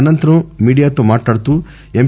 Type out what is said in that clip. అనంతరం మీడియాతో మాట్లాడుతూ ఎమ్